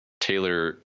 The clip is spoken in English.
Taylor